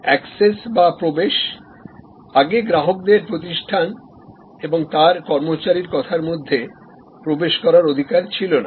access বা প্রবেশ আগে গ্রাহকদের প্রতিষ্ঠান এবং তার কর্মচারীর কথার মধ্যে প্রবেশ করার অধিকার ছিল না